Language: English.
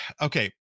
Okay